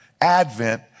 Advent